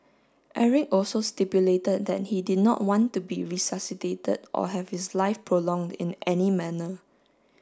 Eric also stipulated that he did not want to be resuscitated or have his life prolonged in any manner